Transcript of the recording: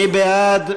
מי בעד?